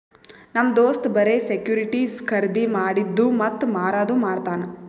ನಮ್ ದೋಸ್ತ್ ಬರೆ ಸೆಕ್ಯೂರಿಟಿಸ್ ಖರ್ದಿ ಮಾಡಿದ್ದು ಮತ್ತ ಮಾರದು ಮಾಡ್ತಾನ್